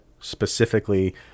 specifically